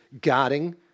guarding